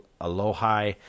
Aloha